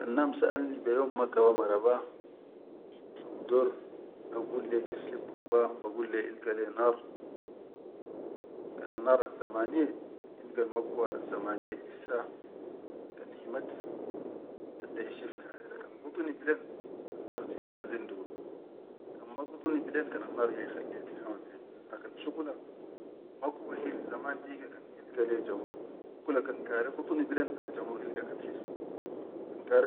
Kan nadum saʼalni be yom ma kawa maraba, haw bidor bagul leyya kef bikawa, bagul leyya ilga le naar. Kan annar azzamaniye ilga almakuwa azzamaniye idissa kan himat dadda ishif kare, kan guduni bilen annar tihama zen dugo kan ma guduni bilen kan annar ja ikhalliha tihama bilen, ha kan shuqula makawa hil zaman dike kan ilga le jamur kula kan kare kuduni biʼen aljamur ilga kaker.